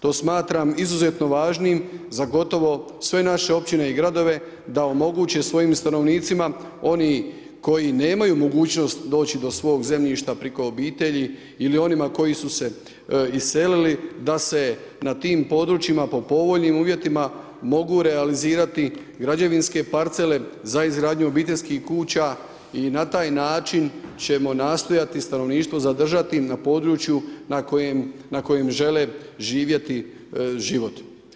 To smatram izuzetno važnim za gotovo sve naše općine i gradove da omoguće svojim stanovnicima oni koji nemaju mogućnost doći do svog zemljišta preko obitelji ili onima koji su se iselili da se na tim područjima po povoljnim uvjetima mogu realizirati građevinske parcele za izgradnju obiteljskih kuća i na taj način ćemo nastojati stanovništvo zadržati na području na kojem žele živjeti život.